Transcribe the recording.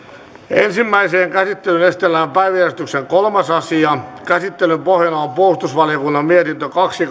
ensimmäiseen käsittelyyn esitellään päiväjärjestyksen kolmas asia käsittelyn pohjana on puolustusvaliokunnan mietintö kaksi